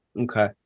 Okay